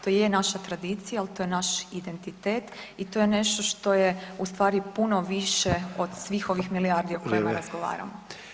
To i je naša tradicija, al to je naš identitet i to je nešto što je u stvari puno više od svih ovih milijardi o kojima [[Upadica: Vrijeme]] razgovaramo.